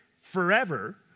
forever